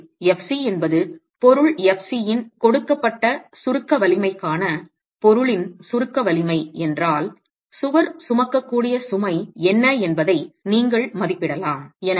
எனவே fc என்பது பொருள் fc இன் கொடுக்கப்பட்ட சுருக்க வலிமைக்கான பொருளின் சுருக்க வலிமை என்றால் சுவர் சுமக்கக்கூடிய சுமை என்ன என்பதை நீங்கள் மதிப்பிடலாம்